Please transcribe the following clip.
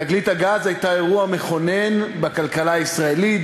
תגלית הגז הייתה אירוע מכונן בכלכלה הישראלית,